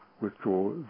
withdraw